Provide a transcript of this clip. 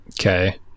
Okay